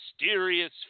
mysterious